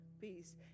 peace